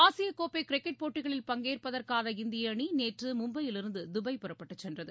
ஆசிய கோப்பை கிரிக்கெட் போட்டியில் பங்கேற்பதற்கான இந்திய அணி நேற்று மும்பையிலிருந்து துபாய் புறப்பட்டு சென்றது